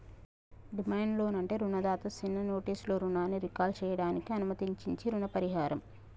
demand loan అంటే రుణదాత సిన్న నోటీసులో రుణాన్ని రీకాల్ సేయడానికి అనుమతించించీ రుణ పరిహారం